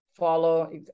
follow